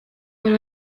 bari